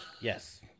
Yes